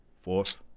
fourth